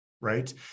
right